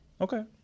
Okay